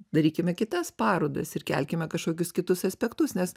darykime kitas parodas ir kelkime kažkokius kitus aspektus nes